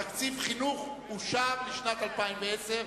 תקציב חינוך אושר לשנת 2010,